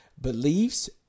beliefs